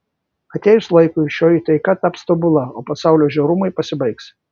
atėjus laikui šioji taika taps tobula o pasaulio žiaurumai pasibaigs